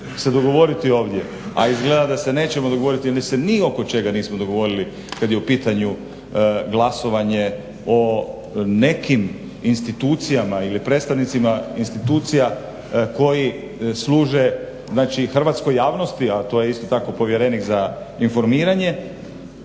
se dogovoriti ovdje, a izgleda da se nećemo dogovoriti jer se ni oko čega nismo dogovorili kad je u pitanju glasovanje o nekim institucijama ili predstavnicima institucija koji služe znači hrvatskoj javnosti, a to je isto tako povjerenik za informiranje,